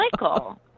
Michael